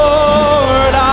Lord